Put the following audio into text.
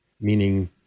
meaning